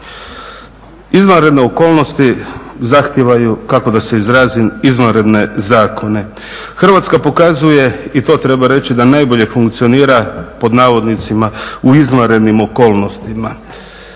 Izvanredne okolnosti zahtijevaju, kako da se izrazim, izvanredne zakone. Hrvatska pokazuje i to treba reći da najbolje funkcionira "u izvanrednim okolnostima".